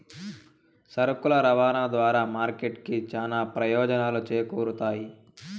సరుకుల రవాణా ద్వారా మార్కెట్ కి చానా ప్రయోజనాలు చేకూరుతాయి